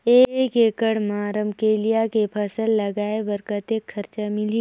एक एकड़ मा रमकेलिया के फसल लगाय बार कतेक कर्जा मिलही?